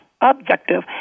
objective